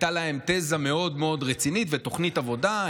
הייתה להם תזה מאוד מאוד רצינית ותוכנית עבודה.